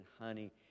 honey